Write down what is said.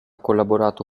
collaborato